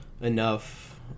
enough